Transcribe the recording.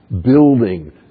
building